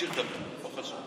תמשיך לדבר, לא חשוב.